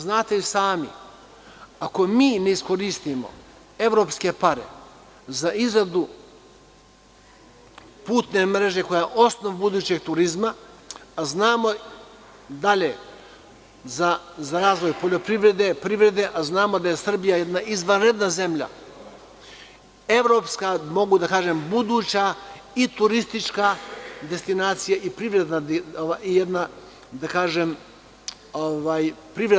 Znate i sami da ako mi ne iskoristimo evropske pare za izradu putne mreže, koja je osnov budućeg turizma, a znamo dalje za razvoj poljoprivrede, privrede, a znamo da je Srbija jedna izvanredna zemlja evropska, mogu da kažem buduća i turistička destinacijai privredna destinacija.